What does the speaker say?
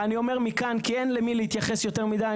ואני אומר מכאן, כי אין למי להתייחס יותר מידי.